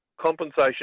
Compensation